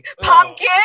Pumpkin